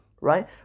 right